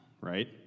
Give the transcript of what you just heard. right